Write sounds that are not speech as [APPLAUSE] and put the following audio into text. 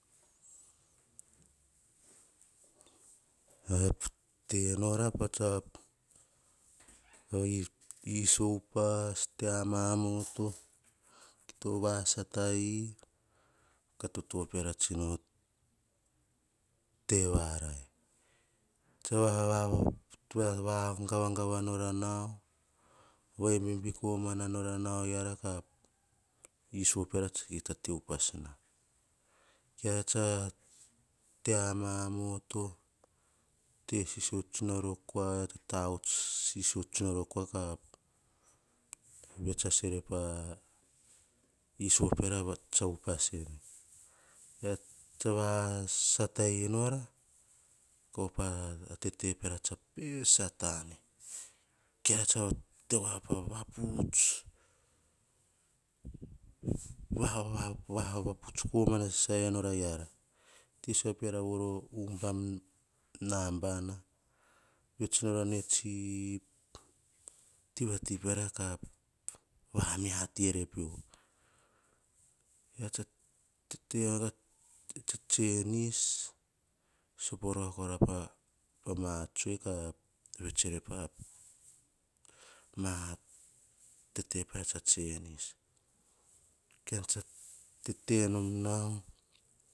Tenora patsap, i-iso upas te mamoto, kito vasataii ka toto peara tsino tevarae. [UNINTELLIGIBLE] tsa [UNINTELLIGIBLE] vagavagava nora nao, va imbibi komana nora nao, eara ka iso piara tsa kita te upas na. Keara tsa te amamoto te sisio o tsunaro kua te tavots sisio tsi nor kua ka, vets as ere pa iso piara tsa upas en. E tava satai i nora, kaupa a tete peara tsoe, 'ei satane'. Keara tsa te vapai pa vaputs, va-vavaputs komana sai nora eara. Te sisio na piara voro ubam nabana, vets nora ne tsi tivati piara ka, vamiati ere pio. Eara tsa tete iara tsa tsenis, sopo rova kora pa ma tsoe ka vets tse repa ma tete piara tsa tsenis. Kaen tsa tete nom nao